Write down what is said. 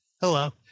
Hello